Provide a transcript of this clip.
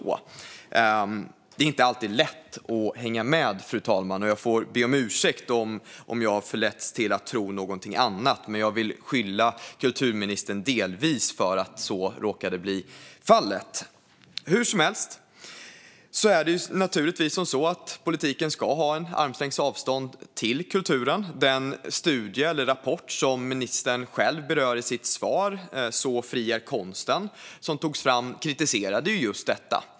Fru talman! Det är inte alltid lätt att hänga med, och jag får be om ursäkt om jag har förletts att tro någonting annat. Men jag vill delvis skylla på ministern att så råkade bli fallet. Hur som helst är det naturligtvis så att politiken ska ha en armlängds avstånd till kulturen. Den rapport som ministern själv berör i sitt svar, Så fri är konsten , och som togs fram kritiserade just detta.